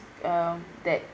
um that